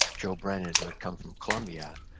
joe brennan, who had come from columbia,